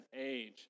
age